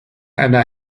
einer